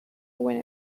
when